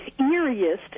eeriest